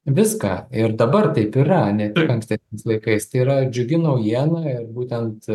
viską ir dabar taip yra ne tik anksti laikais tai yra džiugi naujiena ir būtent